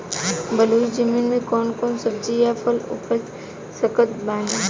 बलुई जमीन मे कौन कौन सब्जी या फल उपजा सकत बानी?